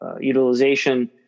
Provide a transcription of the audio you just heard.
utilization